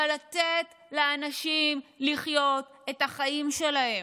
אבל לתת לאנשים לחיות את החיים שלהם,